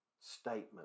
statement